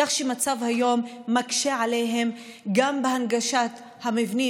כך שהמצב היום מקשה עליהם גם בהנגשת המבנים